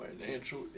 Financial